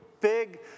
big